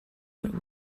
what